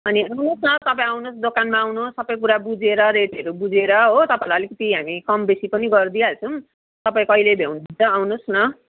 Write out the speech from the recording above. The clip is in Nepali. अनि आउनुहोस् न तपाईँ आउनुहोस् दोकानमा आउनुहोस् सबै कुरा बुझेर रेटहरू बुझेर हो तपाईँलाई अलिकति हामी कम बेसी पनि गरिदिइहाल्छौँ तपाईँ कहिले भ्याउनुहुन्छ आउनुहोस् न